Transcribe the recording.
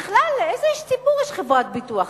בכלל, לאיזה איש ציבור יש חברת ביטוח?